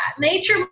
Nature